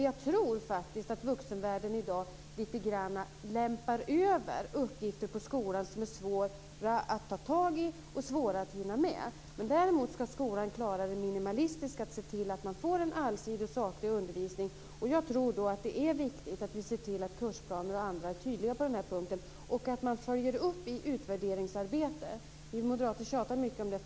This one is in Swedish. Jag tror faktist att vuxenvärlden i dag lite grann lämpar över uppgifter på skolan som är svåra att ta tag i och svåra att hinna med. Däremot ska skolan klara det minimala, att se till att man får en allsidig och saklig undervisning. Jag tror då att det är viktigt att vi ser till att kursplaner och andra dokument är tydliga på den här punkten och att man följer upp med utvärderingsarbete. Vi moderater tjatar mycket om det.